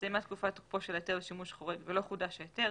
הסתיימה תקופת תוקפו של ההיתר לשימוש חורג ולא חודש ההיתר,